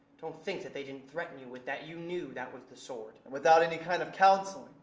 don't think that they didn't threaten you with that, you knew that was the sword. and without any kind of counseling,